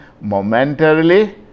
momentarily